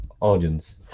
audience